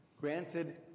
granted